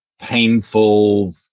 painful